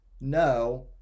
no